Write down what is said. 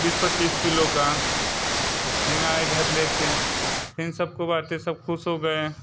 बीस पच्चीस किलो का तो फिर आए घर ले कर फिर सब को बांटे सब ख़ुश हो गए